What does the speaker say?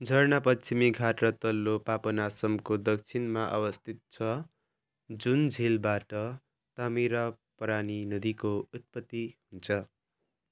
झरना पश्चिमी घाटमा र तल्लो पापनासमको दक्षिणमा अवस्थित छ जुन झिलबाट तामिरापरानी नदीको उत्पत्ति हुन्छ